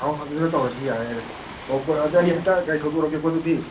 ꯑꯧ ꯑꯗꯨꯗ ꯇꯧꯔꯁꯤ ꯌꯥꯔꯦ ꯌꯥꯔꯦ ꯑꯣ ꯀꯣ ꯑꯗꯣ ꯑꯩ ꯍꯦꯛꯇ ꯒꯥꯔꯤ ꯊꯧꯗꯣꯔꯛꯑꯒꯦꯀꯣ ꯑꯗꯨꯗꯤ